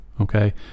Okay